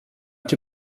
cię